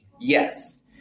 Yes